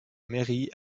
mairie